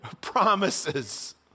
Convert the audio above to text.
promises